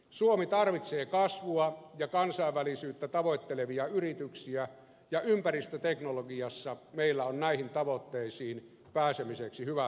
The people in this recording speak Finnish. suomi tarvitsee kasvua ja kansainvälisyyttä tavoittelevia yrityksiä ja ympäristöteknologiassa meillä on näihin tavoitteisiin pääsemiseksi hyvät mahdollisuudet